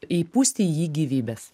įpūsti į jį gyvybės